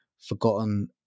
forgotten